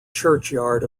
churchyard